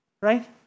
right